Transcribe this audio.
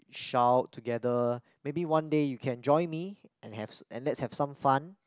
shout together maybe one day you can join me and have and let's have some fun